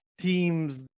teams